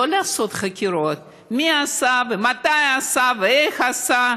לא לעשות חקירות, מי עשה, ומתי עשה ואיך עשה,